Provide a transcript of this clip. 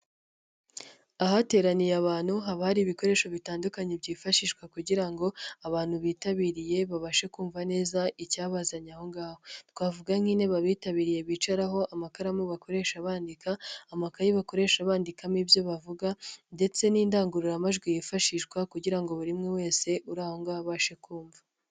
Ahateraniye abantu haba hari ibikoresho bitandukanye byifashishwa kugira ngo, abantu bitabiriye babashe kumva neza icyabazanye aho ngaho, twavuga nk'intebetabiriye bicaraho amakaramu bakoresha bandika, amakayi bakoresha bandikamo ibyo bavuga ndetse n'indangururamajwi yifashishwa, kugira ngo buri umwe wese uri aho ngaho abashe kumva.